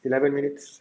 eleven minutes